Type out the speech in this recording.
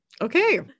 Okay